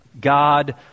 God